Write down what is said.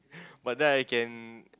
but then I can